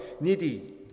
needy